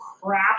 crap